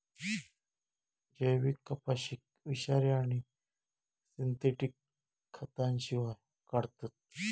जैविक कपाशीक विषारी आणि सिंथेटिक खतांशिवाय काढतत